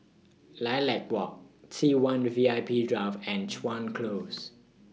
Lilac Walk T one V I P Drive and Chuan Close